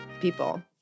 people